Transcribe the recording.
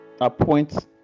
appoint